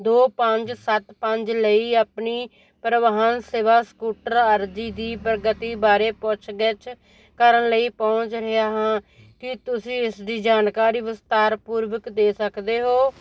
ਦੋ ਪੰਜ ਸੱਤ ਪੰਜ ਲਈ ਆਪਣੀ ਪਰਿਵਾਹਨ ਸੇਵਾ ਸਕੂਟਰ ਅਰਜੀ ਦੀ ਪ੍ਰਗਤੀ ਬਾਰੇ ਪੁੱਛ ਗਿੱਛ ਕਰਨ ਲਈ ਪਹੁੰਚ ਰਿਹਾ ਹਾਂ ਕੀ ਤੁਸੀਂ ਇਸ ਦੀ ਜਾਣਕਾਰੀ ਵਿਸਥਾਰਪੂਰਵਕ ਦੇ ਸਕਦੇ ਹੋ